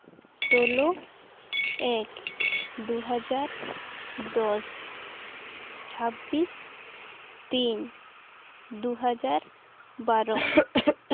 ᱥᱳᱞᱳ ᱮᱠ ᱫᱩ ᱦᱟᱡᱟᱨ ᱫᱚᱥ ᱪᱷᱟᱵᱽᱵᱤᱥ ᱛᱤᱱ ᱫᱩ ᱦᱟᱡᱟᱨ ᱵᱟᱨᱚ